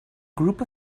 group